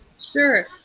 Sure